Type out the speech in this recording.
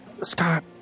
Scott